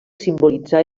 simbolitzar